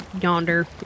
yonder